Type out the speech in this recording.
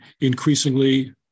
increasingly